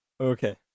Okay